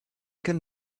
can